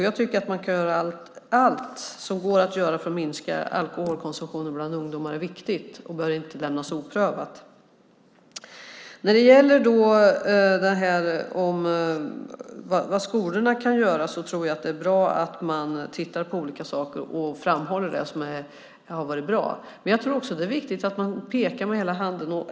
Jag tycker att man ska göra allt som går att göra för att minska alkoholkonsumtionen bland ungdomar. Det är viktigt och bör inte lämnas oprövat. När det gäller vad skolorna kan göra tror jag att det är bra att man tittar på olika saker och framhåller det som har varit bra. Men jag tror också att det är viktigt att man pekar med hela handen.